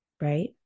right